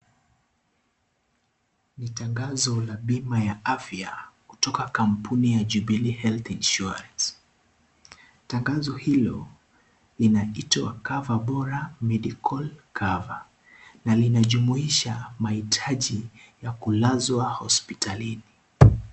Ni tangazo la bima ya afya kutoka kampuni ya Jubilee Health Insurance tangazo hilo linalitoacs cover bora medical cover na linajumuisha maitaji ya kulazwa hospitalini.